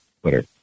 Twitter